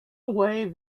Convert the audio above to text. away